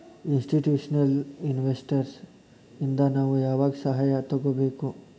Institutional investors ಇಂದಾ ನಾವು ಯಾವಾಗ್ ಸಹಾಯಾ ತಗೊಬೇಕು?